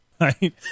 right